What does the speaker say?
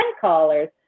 callers